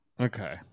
Okay